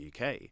UK